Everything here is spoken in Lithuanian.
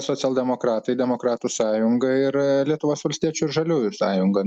socialdemokratai demokratų sąjunga ir lietuvos valstiečių žaliųjų sąjunga